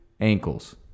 ankles